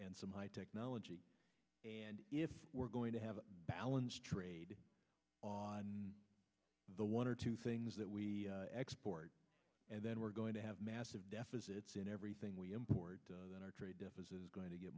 and some high technology if we're going to have a balanced trade on the one or two things that we export and then we're going to have massive deficits in everything we import and our trade deficit is going to get